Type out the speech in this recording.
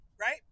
right